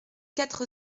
quatre